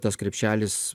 tas krepšelis